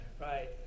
right